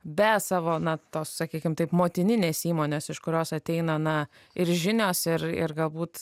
be savo na tos sakykim taip motininės įmonės iš kurios ateina na ir žinios ir ir galbūt